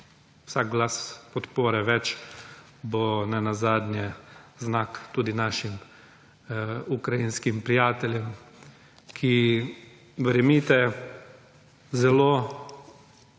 vsak glas podpore več bo nenazadnje znak tudi našim ukrajinskim prijateljem, ki, verjemite, zelo